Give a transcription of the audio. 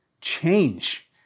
change